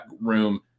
room